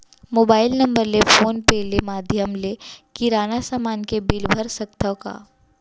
Mobile number ले phone पे ले माधयम ले किराना समान के बिल भर सकथव का?